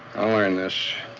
i'll earn this.